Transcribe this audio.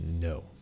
No